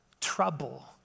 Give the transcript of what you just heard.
Trouble